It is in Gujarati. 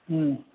હમમ